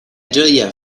ĝoja